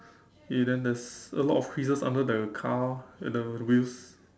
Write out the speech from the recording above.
okay then there's a lot of creases under the car at the wheels